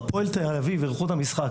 כשהפועל תל אביב אירחו את המשחק,